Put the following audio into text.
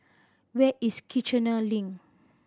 where is Kiichener Link